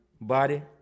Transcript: body